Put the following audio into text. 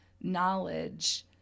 knowledge